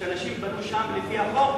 שאנשים בנו שם לפי החוק,